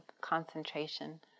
concentration